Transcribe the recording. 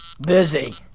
Busy